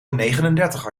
negenendertig